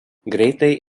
greitai